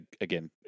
again